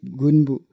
gunbu